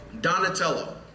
Donatello